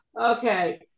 Okay